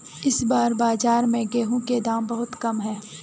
इस बार बाजार में गेंहू के दाम बहुत कम है?